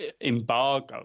embargo